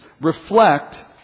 reflect